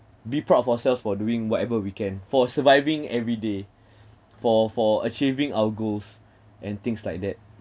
be proud of ourselves for doing whatever we can for surviving every day for for achieving our goals and things like that